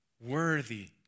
Worthy